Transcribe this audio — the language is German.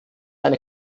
eine